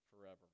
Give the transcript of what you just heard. forever